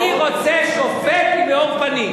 אני רוצה שופט עם מאור פנים.